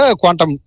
quantum